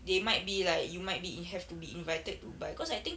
they might be like you might be you have be invited to buy cause I think